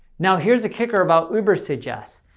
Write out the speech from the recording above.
now, here's the kicker about uber suggest,